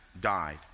died